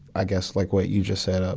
i guess like what you just said, ah